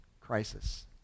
Crisis